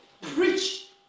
preach